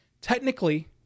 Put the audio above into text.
technically